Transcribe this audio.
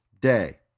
day